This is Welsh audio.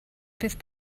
peth